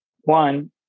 one